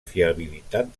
fiabilitat